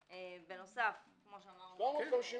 בנוסף, כמו שאמרנו, יש לו עוזר